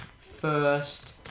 first